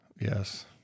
Yes